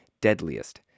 deadliest